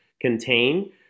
contain